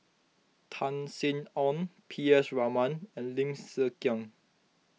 Tan Sin Aun P S Raman and Lim Hng Kiang